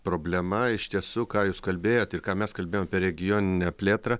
problema iš tiesų ką jūs kalbėjot ir ką mes kalbėjom apie regioninę plėtrą